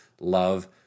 love